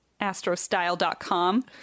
astrostyle.com